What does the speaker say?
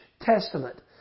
testament